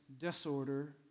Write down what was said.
disorder